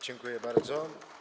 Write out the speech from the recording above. Dziękuję bardzo.